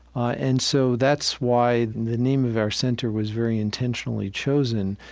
ah and so that's why the name of our center was very intentionally chosen,